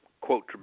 quote